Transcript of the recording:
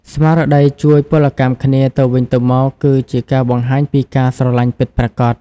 ស្មារតីជួយពលកម្មគ្នាទៅវិញទៅមកគឺជាការបង្ហាញពីការស្រលាញ់ពិតប្រាកដ។